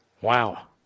Wow